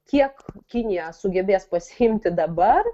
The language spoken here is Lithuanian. kiek kinija sugebės pasiimti dabar